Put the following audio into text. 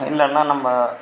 இல்லைன்னா நம்ப